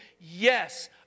Yes